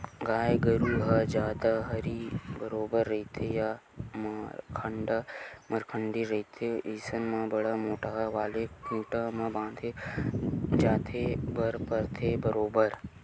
गाय गरु ह जादा हरही बरोबर रहिथे या मरखंडा मरखंडी रहिथे अइसन म बड़ मोट्ठा वाले खूटा म बांधे झांदे बर परथे बरोबर